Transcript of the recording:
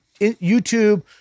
YouTube